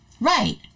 Right